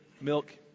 milk